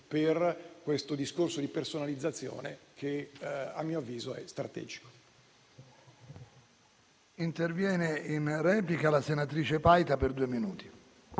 per il percorso di personalizzazione, che a mio avviso è strategico.